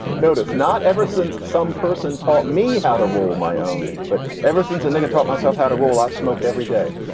notice not ever since some person taught me how to roll my own. but ever since. and then i've taught myself how to roll. i smoked every day.